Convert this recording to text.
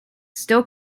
still